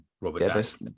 Robert